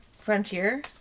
Frontier